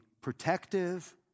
protective